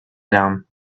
down